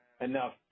enough